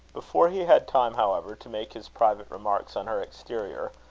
before he had time, however, to make his private remarks on her exterior,